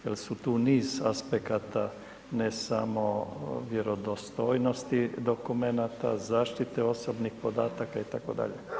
Još su tu niz aspekata, ne samo vjerodostojnosti dokumenata, zaštite osobnih podataka itd.